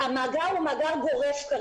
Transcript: המאגר כרגע הוא מאגר גורף.